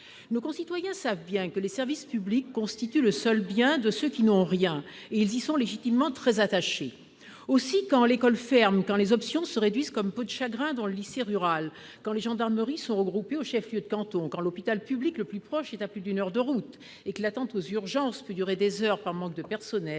Nos concitoyens savent bien que les services publics constituent le seul bien de ceux qui n'ont rien, et ils y sont légitimement très attachés. Aussi, quand l'école ferme, quand les options se réduisent comme peau de chagrin dans le lycée rural, quand les gendarmeries sont regroupées au chef-lieu de canton, quand l'hôpital public le plus proche est à plus d'une heure de route et que l'attente aux urgences peut durer des heures par manque de personnel,